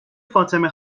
فاطمه